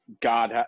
God